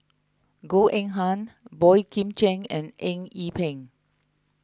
Goh Eng Han Boey Kim Cheng and Eng Yee Peng